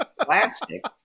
plastic